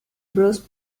bruce